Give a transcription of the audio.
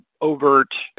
overt